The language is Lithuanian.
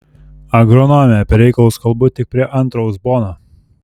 agronome apie reikalus kalbu tik prie antro uzbono